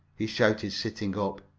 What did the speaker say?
he shouted, sitting up.